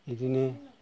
बिदिनो